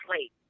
late